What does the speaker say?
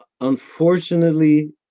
unfortunately